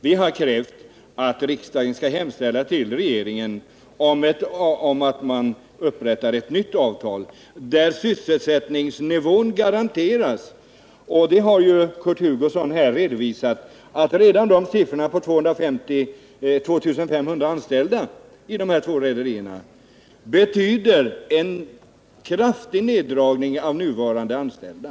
Vi har krävt att riksdagen skall hemställa att regeringen upprättar ett nytt avtal, ett avtal där sysselsättningsnivån garanteras. Kurt Hugosson har ju redovisat att redan siffran 2 500 som nämnts för antalet arbetstillfällen i de båda rederierna betyder en kraftig neddragning av nuvarande antal anställda.